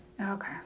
Okay